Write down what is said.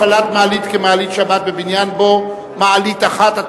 הפעלת מעלית כמעלית שבת בבניין שבו מעלית אחת),